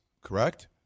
correct